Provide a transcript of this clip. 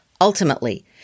Ultimately